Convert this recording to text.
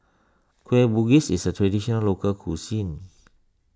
Kueh Bugis is a Traditional Local Cuisine